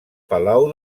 palau